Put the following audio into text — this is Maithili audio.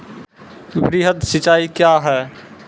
वृहद सिंचाई कया हैं?